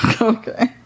Okay